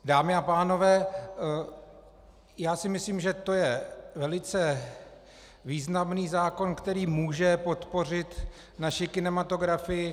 Dámy a pánové, já si myslím, že to je velice významný zákon, který může podpořit naši kinematografii.